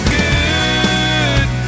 good